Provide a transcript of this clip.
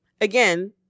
Again